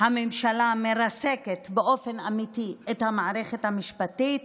הממשלה מרסקת באופן אמיתי את המערכת המשפטית,